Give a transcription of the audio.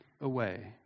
away